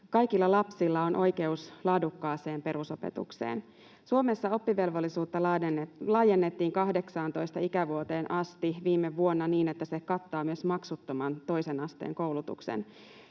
Kaikilla lapsilla on oikeus laadukkaaseen perusopetukseen. Suomessa oppivelvollisuutta laajennettiin 18 ikävuoteen asti viime vuonna, niin että se kattaa myös maksuttoman toisen asteen koulutuksen,